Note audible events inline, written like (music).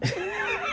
(laughs)